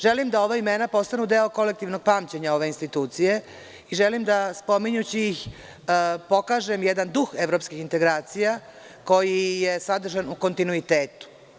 Želim da ova imena postanu deo kolektivnog pamćenja ove institucije i spominjući ih želim da pokažem jedan duh evropskih integracija koji je sadržan u kontinuitetu.